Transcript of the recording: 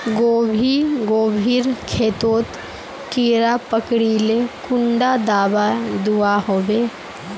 गोभी गोभिर खेतोत कीड़ा पकरिले कुंडा दाबा दुआहोबे?